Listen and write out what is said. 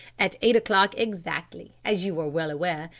at eight o'clock exactly, as you are well aware,